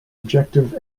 objective